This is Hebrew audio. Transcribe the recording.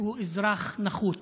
שהוא אזרח נחות,